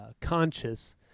conscious